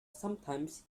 sometimes